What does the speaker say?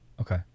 Okay